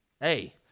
Hey